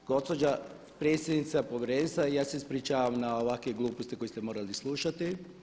I dalje gospođa predsjednica Povjerenstva, ja se ispričavam na ovakve gluposti koje ste morali slušati.